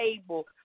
table